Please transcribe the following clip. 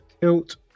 Tilt